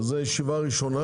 זו הישיבה הראשונה.